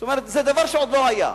זאת אומרת, זה דבר שעוד לא היה.